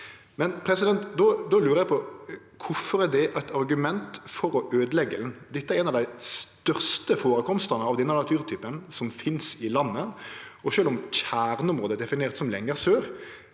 naturtypen. Då lurer eg på: Kvifor er det eit argument for å øydeleggje det? Dette er ein av dei største førekomstane av denne naturtypen som finst i landet, og sjølv om kjerneområdet er definert som lenger sør,